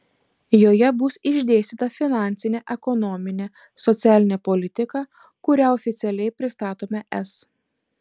joje bus išdėstyta finansinė ekonominė socialinė politika kurią oficialiai pristatome es